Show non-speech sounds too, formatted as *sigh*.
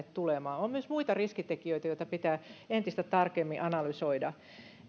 *unintelligible* tulemaan on myös muita riskitekijöitä joita pitää entistä tarkemmin analysoida